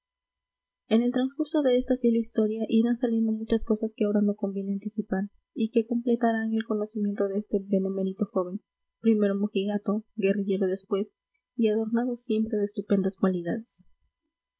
en el transcurso de esta fiel historia irán saliendo muchas cosas que ahora no conviene anticipar y que completarán el conocimiento de este benemérito joven primero mojigato guerrillero después y adornado siempre de estupendas cualidades